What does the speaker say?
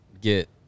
get